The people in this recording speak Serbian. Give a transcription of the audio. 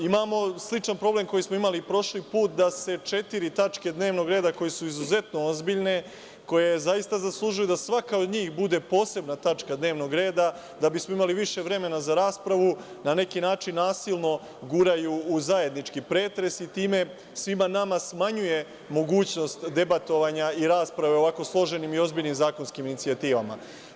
Imamo sličan problem koji smo imali prošli put da se četiri tačke dnevnog reda koje su izuzetno ozbiljne, koje zaista zaslužuju da svaka od njih bude posebna tačka dnevnog reda, da bismo imali više vremena za raspravu na neki način nasilno guraju u zajednički pretres i time svima nama smanjuje mogućnost debatovanja i rasprave o ovako složenim i ozbiljnim zakonskim inicijativama.